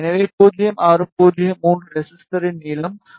எனவே 0603 ரெஸிஸ்டரின் நீளம் 1